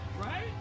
Right